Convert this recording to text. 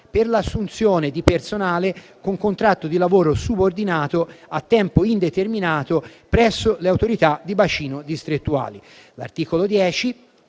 per l'assunzione di personale con contratto di lavoro subordinato a tempo indeterminato presso le autorità di bacino distrettuali.